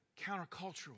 countercultural